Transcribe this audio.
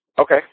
Okay